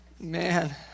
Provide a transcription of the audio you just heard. Man